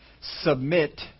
submit